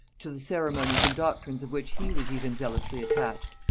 to the ceremonies and doctrines of which he was even zealously attached,